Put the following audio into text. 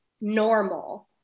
normal